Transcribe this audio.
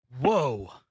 Whoa